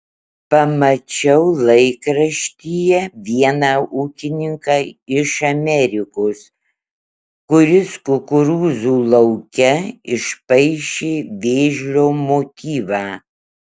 pamačiau laikraštyje vieną ūkininką iš amerikos kuris kukurūzų lauke išpaišė vėžlio motyvą